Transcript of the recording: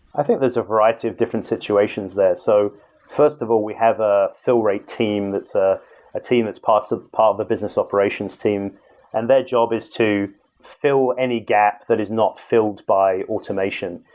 i think there's a variety of different situations there. so first of all, we have a fill rate team that's a team that's part of part of the business operations team and their job is to fill any gap that is not filled by automation,